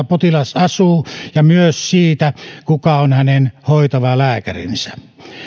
potilas asuu ja myös siitä kuka on hänen hoitava lääkärinsä